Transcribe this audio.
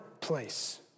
place